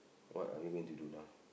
what are we going to do now